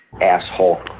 Asshole